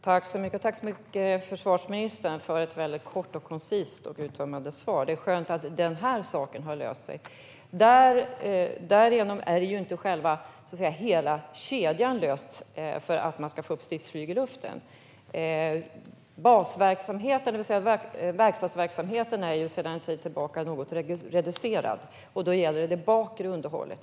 Herr talman! Tack, försvarsministern, för ett kort, koncist och uttömmande svar. Det är skönt att den saken har löst sig. Därmed är dock inte hela kedjan för att få upp stridsflyg i luften löst. Basverksamheten, det vill säga verkstadsverksamheten, är sedan en tid tillbaka något reducerad. Det gäller det bakre underhållet.